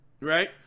right